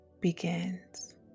begins